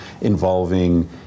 involving